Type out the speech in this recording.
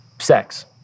Sex